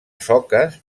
soques